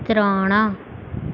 ત્રણ